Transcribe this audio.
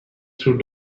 through